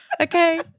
okay